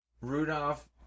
Rudolph